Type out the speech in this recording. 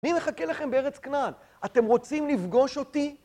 אני מחכה לכם בארץ כנען. אתם רוצים לפגוש אותי?